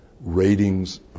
ratings